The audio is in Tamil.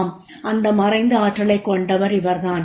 ஆம் அந்த மறைந்த ஆற்றலைக் கொண்டவர் இவர்தான்